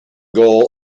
goal